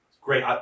Great